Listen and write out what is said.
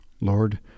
Lord